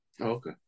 Okay